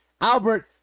Albert